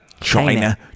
China